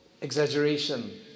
exaggeration